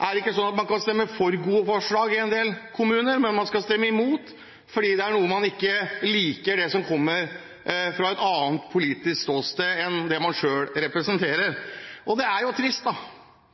man ikke kan stemme for gode forslag i en del kommuner, man skal stemme imot, fordi man ikke liker det som kommer fra et annet politisk ståsted enn det man selv representerer. Det er jo trist,